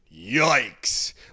Yikes